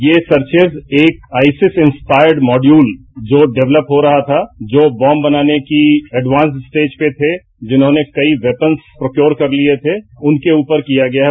ये सर्चेज एक I S I S inspired module जो डेवलप हो रहा था जो बम बनाने की एडवासं स्टेज पे थे जिन्होंने कई वैपन्स प्रक्योर कर लिए थे उनके ऊपर किया गया है